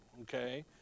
okay